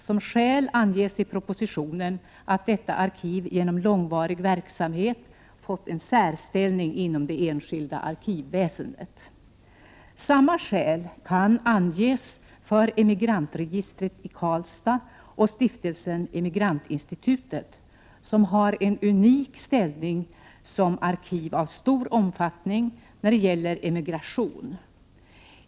Som skäl anges i propositionen att detta arkiv genom långvarig verksamhet fått en särställning inom det enskilda arkivväsendet. Samma skäl kan anges för Emigrantregistret i Karlstad och Stiftelsen Emigrantinstitutet, som har en unik ställning som arkiv av stor omfattning när det gäller emigration.